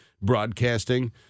broadcasting